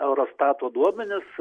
eurostato duomenis